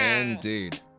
Indeed